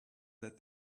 that